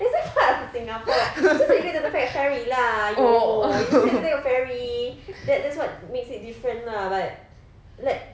is it part of singapore so you need to take ferry lah !aiyo! need to take a ferry that that's what makes it different lah but let